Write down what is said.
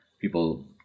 people